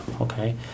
okay